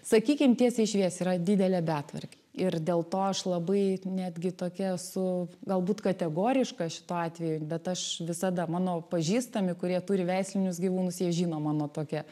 sakykim tiesiai šviesiai yra didelė betvarkė ir dėl to aš labai netgi tokia esu galbūt kategoriška šituo atveju bet aš visada mano pažįstami kurie turi veislinius gyvūnus jie žino mano tokią